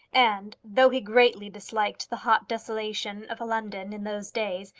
and though he greatly disliked the hot desolation of london in those days,